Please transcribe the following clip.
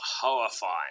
horrifying